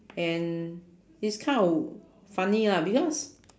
and is kind of funny lah because